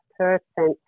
person